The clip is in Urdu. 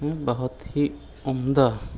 ہوں بہت ہی عمدہ